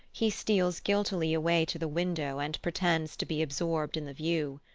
he steals guiltily away to the window and pretends to be absorbed in the view.